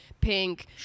pink